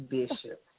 Bishop